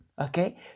okay